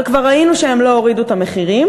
אבל כבר ראינו שהן לא הורידו את המחירים,